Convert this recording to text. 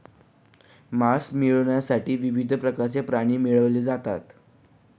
मांस मिळविण्यासाठी विविध प्रकारचे प्राणी पाळले जातात